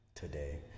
Today